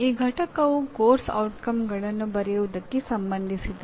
ಈ ಪಠ್ಯವು ಕೋರ್ಸ್ ಔಟ್ಕಮ್ಸ್ಗಳನ್ನು ಬರೆಯುವುದಕ್ಕೆ ಸಂಬಂಧಿಸಿದೆ